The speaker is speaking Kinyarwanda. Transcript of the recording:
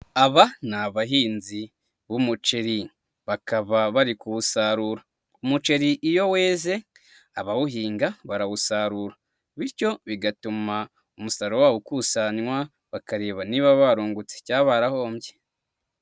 Aba ni abahinzi b'umuceri bakaba bari kuwusarura. Umuceri iyo weze abawuhinga barawusarura bityo bigatuma umusaruro wabo ukusanywa bakareba niba barungutse cyangwa barahombye.